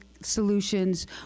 solutions